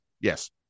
Yes